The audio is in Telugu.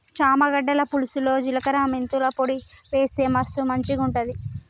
చామ గడ్డల పులుసులో జిలకర మెంతుల పొడి వేస్తె మస్తు మంచిగుంటది